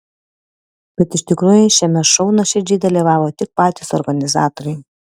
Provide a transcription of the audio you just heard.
bet iš tikrųjų šiame šou nuoširdžiai dalyvavo tik patys organizatoriai